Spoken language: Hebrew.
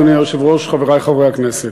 אדוני היושב-ראש, חברי חברי הכנסת,